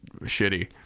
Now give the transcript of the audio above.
shitty